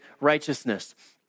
righteousness